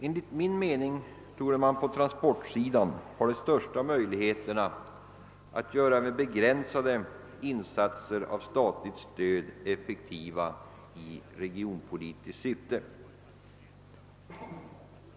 Enligt min mening bör man på transportsidan ha de största möjligheterna att göra även begränsade insatser av statligt stöd effektiva i regionpolitiskt syfte.